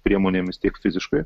priemonėmis tiek fiziškai